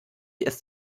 ist